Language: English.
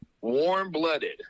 warm-blooded